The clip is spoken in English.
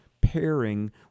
pairing